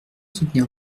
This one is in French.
soutenir